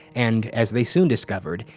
and, as they soon discovered,